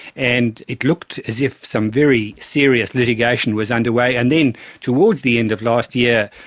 and it looked as if some very serious litigation was under way, and then towards the end of last year,